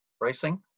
racing